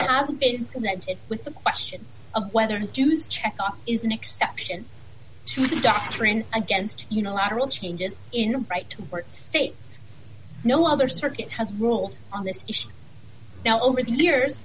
has been connected with the question of whether jews checked off is an exception to the doctrine against unilateral changes in the right to abort states no other circuit has ruled on this issue now over the years